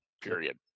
period